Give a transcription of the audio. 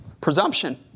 presumption